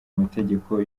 mategeko